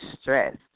stress